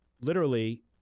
literally-